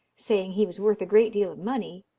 saying he was worth a great deal of money,